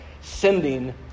sending